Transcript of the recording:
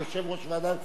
שלא כיושב-ראש ועדת כספים.